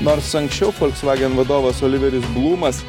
nors anksčiau folksvagen vadovas oliveris blumas